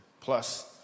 Plus